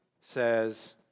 says